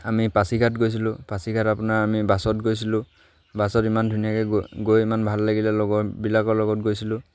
আমি পাচি ঘাট গৈছিলোঁ পাচি ঘাট আপোনাৰ আমি বাছত গৈছিলোঁ বাছত ইমান ধুনীয়াকৈ গৈ গৈ ইমান ভাল লাগিলে লগৰবিলাকৰ লগত গৈছিলোঁ